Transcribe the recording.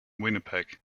winnipeg